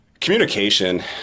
Communication